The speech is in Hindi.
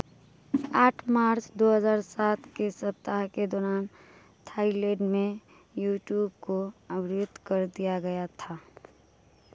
आठ मार्च दो हज़ार सात के सप्ताह के दौरान थाईलैंड में यूट्यूब को अवरुद्ध कर दिया गया था